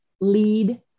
Lead